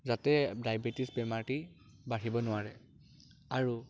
যাতে ডায়বেটিছ বেমাৰটি বাঢ়িব নোৱাৰে আৰু